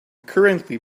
currently